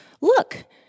look